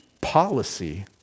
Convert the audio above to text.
policy